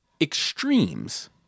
extremes